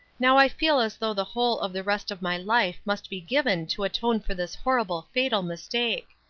now i feel as though the whole of the rest of my life must be given to atone for this horrible fatal mistake.